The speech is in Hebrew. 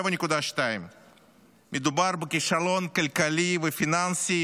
7.2. מדובר בכישלון כלכלי ופיננסי